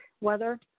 weather